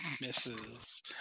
Misses